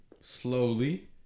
Slowly